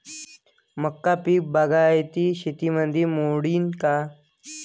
मका पीक बागायती शेतीमंदी मोडीन का?